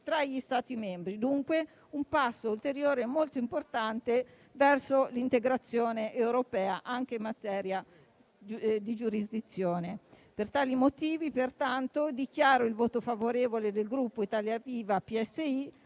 tra gli Stati membri. Si tratta, dunque, di un passo ulteriore molto importante verso l'integrazione europea anche in materia di giurisdizione. Per tali motivi dichiaro il voto favorevole del Gruppo Italia Viva-PSI